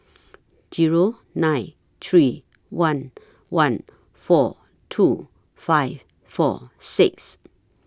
Zero nine three one one four two five four six